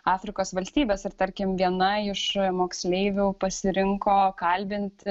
afrikos valstybes ir tarkim viena iš moksleivių pasirinko kalbinti